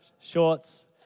Shorts